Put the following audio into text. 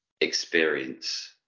experience